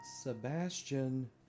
Sebastian